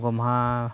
ᱜᱚᱢᱦᱟ